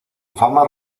fama